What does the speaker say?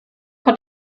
hat